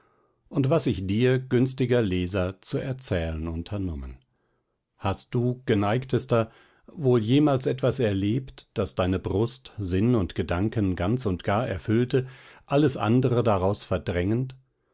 und was ich dir günstiger leser zu erzählen unternommen hast du geneigtester wohl jemals etwas erlebt das deine brust sinn und gedanken ganz und gar erfüllte alles andere daraus verdrängend